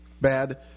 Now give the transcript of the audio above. Bad